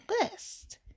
list